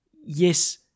yes